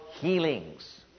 healings